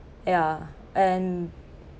ya and